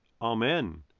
Amen